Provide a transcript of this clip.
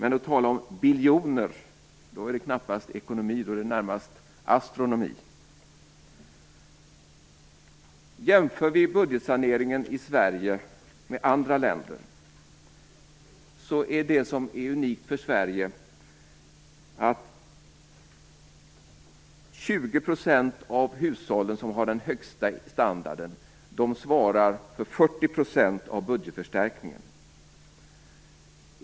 Nu talar vi om biljon, och då är det knappast fråga om ekonomi, utan närmast astronomi. Jämför vi budgetsaneringen i Sverige med andra länder är det unika för Sverige att 20 % av hushållen som har den högsta standarden svarar för 40 % av budgetförstärkningen.